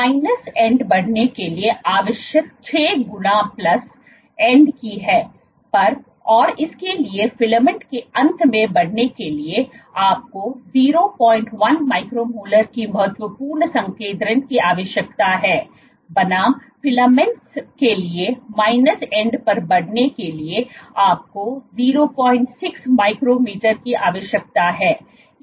minus end बढ़ने के लिए आवश्यक 6 गुना प्लस एंड की है पर और इसके लिए फिलामेंट के अंत में बढ़ने के लिए आपको 01 माइक्रो मोलर की महत्वपूर्ण संकेंद्रण की आवश्यकता है बनाम फिलामेंट फिलामेंट के लिए माइनस एंड पर बढ़ने के लिए आपको 06 माइक्रोमीटर की आवश्यकता है